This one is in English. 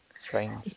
Strange